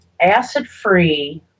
acid-free